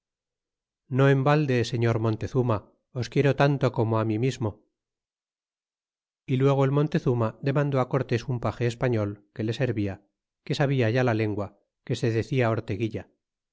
no en valde señor montezuma os quiero tanto como á mí mismo y luego el montezuma demandó á cortés un page español que le servia que sabia ya la lengua que se decia orteguilla